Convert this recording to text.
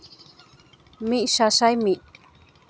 ᱢᱤᱫ ᱥᱟᱥᱟᱭ ᱢᱤᱫ